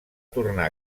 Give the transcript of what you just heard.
tornar